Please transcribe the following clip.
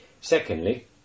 secondly